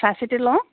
চাই চিতি লওঁ